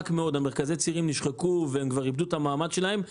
מרכזי הצעירים נשחקו והם כבר איבדו את המעמד שלהם.